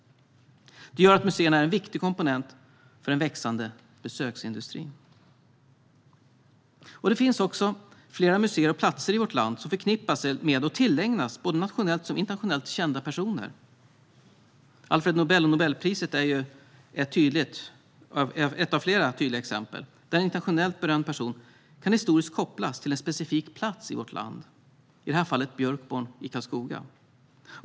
Det gör att museerna är en viktig komponent för den växande besöksindustrin. Det finns flera museer och platser i vårt land som förknippas med och tillägnas såväl nationellt som internationellt kända personer. Alfred Nobel och Nobelpriset är ett av flera tydliga exempel på att en internationellt berömd person kan kopplas historiskt till en specifik plats i vårt land, i det här fallet Björkborn i Karlskoga.